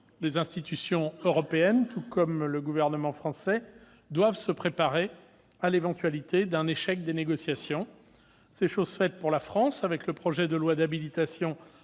Les institutions européennes, tout comme le gouvernement français, doivent se préparer à l'éventualité d'un échec des négociations. C'est chose faite pour la France, avec le projet de loi d'habilitation